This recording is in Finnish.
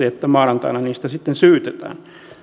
että maanantaina niistä sitten syytetään